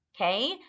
okay